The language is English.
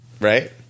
Right